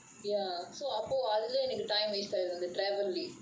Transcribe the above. ya so அப்போ அதுல எனக்கு:appo athula enakku time wasted on travelling